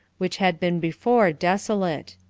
which had been before desolate.